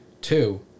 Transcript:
two